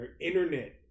internet